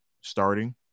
starting